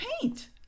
paint